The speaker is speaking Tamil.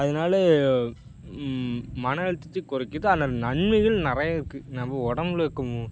அதனால மன அழுத்தத்தை குறைக்குது அந்த நன்மைகள் நிறைய இருக்குது நம்ம உடம்புல இருக்கும்